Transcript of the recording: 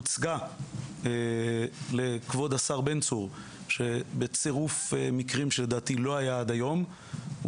הוצגה לכבוד השר בן צור בצירוף מקרים שלדעתי לא היה עד היום,